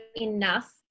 enough